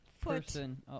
Person